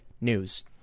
news